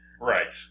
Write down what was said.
Right